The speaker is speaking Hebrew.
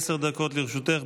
עשר דקות לרשותך.